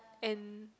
and